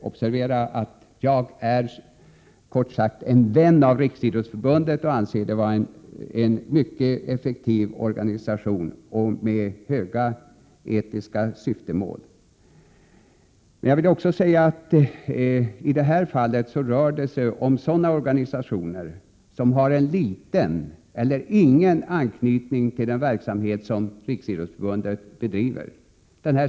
Observera att jag är en vän av Riksidrottsförbundet och anser det vara en mycket effektiv organisation med höga etiska syftemål. Men jag vill också säga att det i detta fall rör sig om organisationer som har liten eller ingen anknytning till den verksamhet Riksidrottsförbundet bedriver.